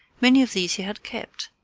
many of these he had kept,